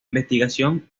investigación